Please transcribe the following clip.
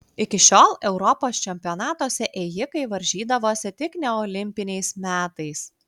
iki šiol europos čempionatuose ėjikai varžydavosi tik neolimpiniais metais